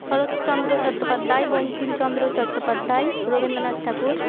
Saratchandra Chattopadhyay Bankimchandra Chattopadhyay Rabindranath Thakur